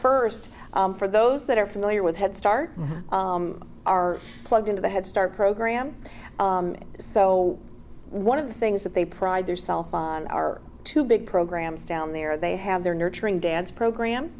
first for those that are familiar with head start are plugged into the head start program so one of the things that they pride theirself on are two big programs down there they have their nurturing dance program